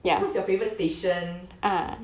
what's your favourite station